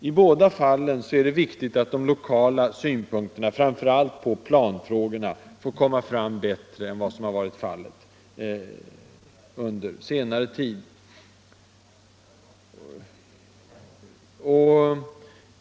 I båda fallen är det väsentligt att de lokala synpunkterna, framför allt på planfrågor, får komma fram bättre än de har gjort under senare tid.